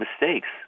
mistakes